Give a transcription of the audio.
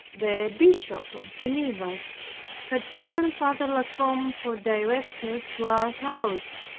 the bishop of geneva had given father la combe for director to our house.